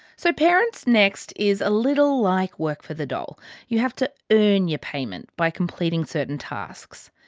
so, parents next is a little like work for the dole you have to earn your payment by completing certain tasks.